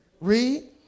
Read